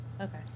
Okay